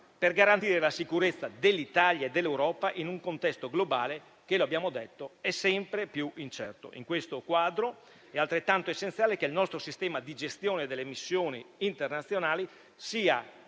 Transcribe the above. per garantire la sicurezza dell'Italia e dell'Europa in un contesto globale che, lo abbiamo detto, è sempre più incerto. In questo quadro, è altrettanto essenziale che il nostro sistema di gestione delle missioni internazionali sia